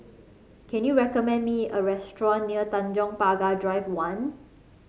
can you recommend me a restaurant near Tanjong Pagar Drive One